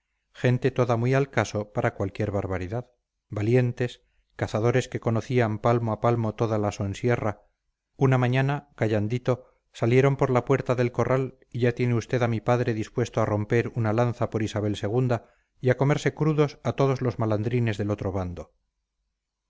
gente toda muy al caso para cualquier barbaridad valientes cazadores que conocían palmo a palmo toda la sonsierra una mañana callandito salieron por la puerta del corral y ya tiene usted a mi padre dispuesto a romper una lanza por isabel ii y a comerse crudos a todos los malandrines del otro bando